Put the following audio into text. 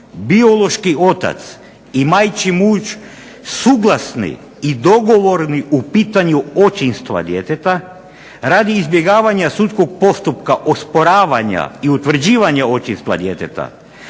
biološki otac i majčin muž suglasni i dogovorni u pitanju očinstva djeteta radi izbjegavanja sudskog postupka osporavanja i utvrđivanja očinstva djeteta